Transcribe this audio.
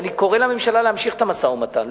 ואני קורא לממשלה להמשיך את המשא-ומתן,